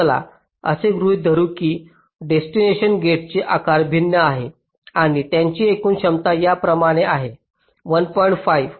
चला असे गृहीत धरू या डेस्टिनेशन गेटचे आकार भिन्न आहेत आणि त्यांची एकूण क्षमता या प्रमाणे आहे 1